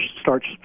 starts